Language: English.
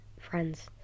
friends